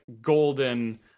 golden